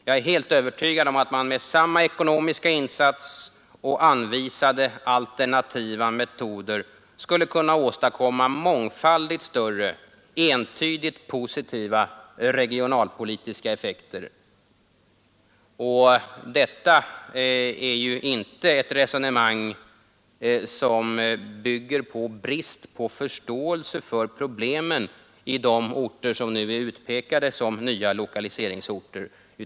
Jag är helt övertygad om att man med samma ekonomiska insats och anvisade alternativa metoder skulle kunna åstadkomma mångfaldigt större, entydigt positiva regionalpolitiska effekter. Detta är inte ett resonemang som bygger på brist på förståelse för problemen i de orter som nu är utpekade som nya lokaliseringsorter.